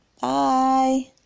Bye